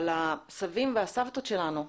על הסבים והסבתות שלנו.